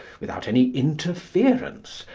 without any interference,